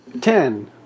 Ten